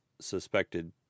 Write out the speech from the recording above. suspected